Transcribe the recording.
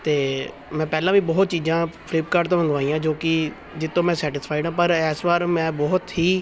ਅਤੇ ਮੈਂ ਪਹਿਲਾਂ ਵੀ ਬਹੁਤ ਚੀਜ਼ਾਂ ਫਲਿਪਕਾਰਟ ਤੋਂ ਮੰਗਵਾਈਆਂ ਜੋ ਕਿ ਜਿਹ ਤੋਂ ਮੈਂ ਸੈਟਿਸਫਾਈਡ ਹਾਂ ਪਰ ਇਸ ਵਾਰ ਮੈਂ ਬਹੁਤ ਹੀ